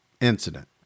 incident